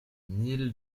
nil